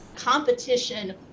Competition